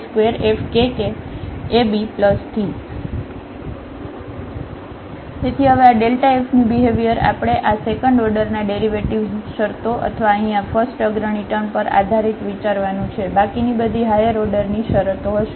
f12h2fxx2hkfxyk2fkkab તેથી હવે આ f ની બિહેવ્યર આપણે આ સેકન્ડ ઓર્ડરના ડેરિવેટિવ્ઝ શરતો અથવા અહીં આ ફસ્ટઅગ્રણી ટર્મ પર આધારિત વિચારવાનું છે બાકીની બધી હાયર ઓર્ડરની શરતો હશે